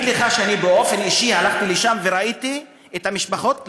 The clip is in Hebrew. להגיד לך שאני אישית הלכתי לשם וראיתי את המשפחות,